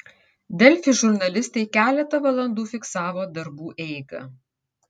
delfi žurnalistai keletą valandų fiksavo darbų eigą